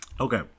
Okay